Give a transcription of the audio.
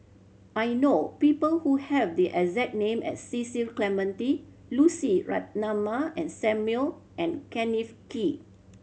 I know people who have the exact name as Cecil Clementi Lucy Ratnammah and Samuel and Kenneth Kee